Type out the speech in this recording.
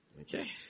Okay